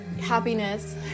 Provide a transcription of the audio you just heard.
happiness